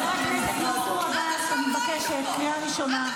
עד עכשיו לא היית